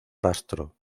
rastro